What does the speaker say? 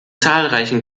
zahlreichen